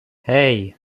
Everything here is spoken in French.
hey